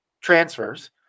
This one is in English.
transfers